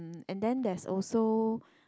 um and then there's also